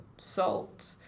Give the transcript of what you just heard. salt